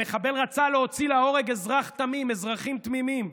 המחבל רצה להוציא להורג אזרח תמים, אזרחים תמימים,